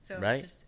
Right